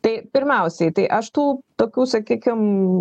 tai pirmiausiai tai aš tų tokių sakykim